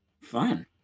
Fun